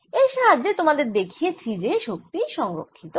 এর সাহায্যে তোমাদের দেখিয়েছি যে শক্তি সংরক্ষিত হয়